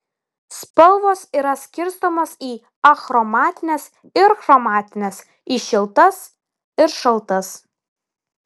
spalvos yra skirstomos į achromatines ir chromatines į šiltas ir šaltas